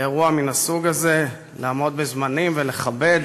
לאירוע מן הסוג הזה, לעמוד בזמנים ולכבד